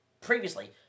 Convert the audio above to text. previously